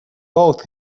both